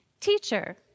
Teacher